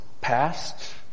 past